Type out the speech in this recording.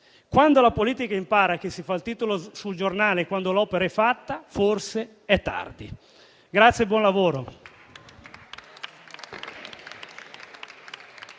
Quando la politica imparerà che il titolo sul giornale si fa quando l'opera è fatta, forse sarà tardi. Grazie e buon lavoro.